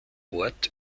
ort